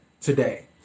today